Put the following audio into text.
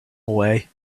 away